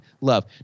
love